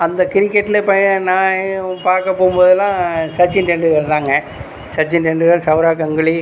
அந்த கிரிக்கெட்டில் நான் பார்க்க போகும் போதுல்லாம் சச்சின் டெண்டுல்கர் தாங்க சச்சின் டெண்டுல்கர் சவ்ரா கங்குலி